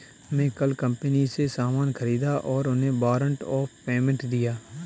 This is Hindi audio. मैं कल कंपनी से सामान ख़रीदा और उन्हें वारंट ऑफ़ पेमेंट दिया